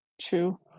true